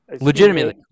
Legitimately